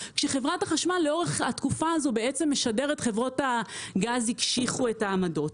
כשחברת החשמל לאורך התקופה הזו בעצם משדרת שחברות הגז הקשיחו את העמדות.